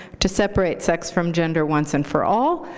to separate sex from gender once and for all,